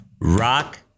Rock